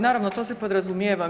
Naravno, to se podrazumijeva.